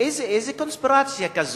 איזו קונספירציה כזאת.